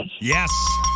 Yes